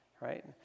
right